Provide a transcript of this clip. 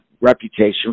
reputation